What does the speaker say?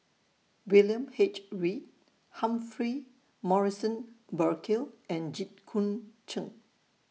William H Read Humphrey Morrison Burkill and Jit Koon Ch'ng